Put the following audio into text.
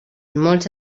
molts